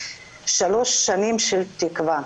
שלוש שנים של תקווה,